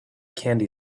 candy